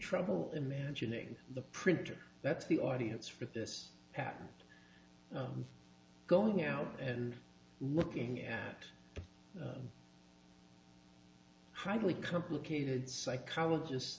trouble imagining the printer that's the audience for this patent going out and looking at the highly complicated psychologist